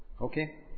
okay